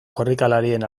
korrikalarien